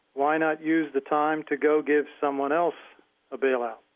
why not use the time to go give someone else a bailout?